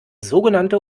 sogenannte